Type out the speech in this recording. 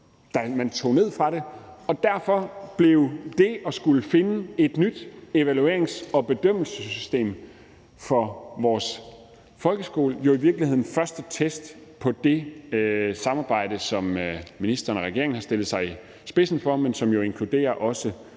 man tog ned fra det. Derfor blev det at skulle finde et nyt evaluerings- og bedømmelsessystem for vores folkeskole jo i virkeligheden den første test af det samarbejde, som ministeren og regeringen har stillet sig i spidsen for, men som jo også inkluderer